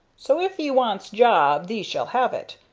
so if ee wants job thee shall have it,